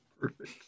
Perfect